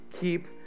keep